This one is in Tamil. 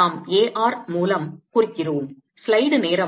நாம் A r மூலம் குறிக்கிறோம்